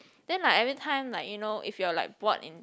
then like every time like you know if you're like bored in